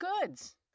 goods